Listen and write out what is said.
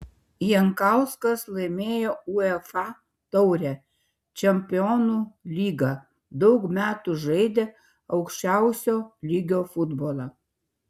jankauskas laimėjo uefa taurę čempionų lygą daug metų žaidė aukščiausio lygio futbolą